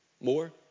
more